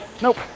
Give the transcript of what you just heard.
Nope